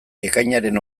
ekainaren